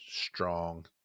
strong